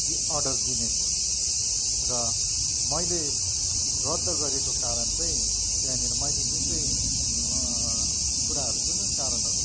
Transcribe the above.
order दिने थिएँ र मैले रद्ध गरेको कारण चाहिँ त्यहाँनिर मैले जुन चाहिँ कुराहरू जुन जुन कारणहरू